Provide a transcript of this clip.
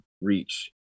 reach